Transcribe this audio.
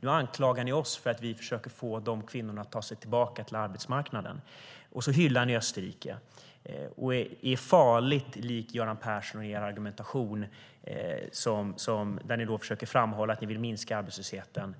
Nu anklagar ni oss för att vi försöker få de kvinnorna att ta sig tillbaka till arbetsmarknaden, och så hyllar ni Österrike och är farligt lika Göran Persson i er argumentation. Ni försöker framhålla att ni vill minska arbetslösheten.